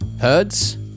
herds